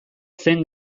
zen